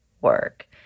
work